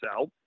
out